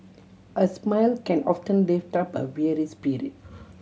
a smile can often lift up a weary spirit